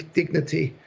dignity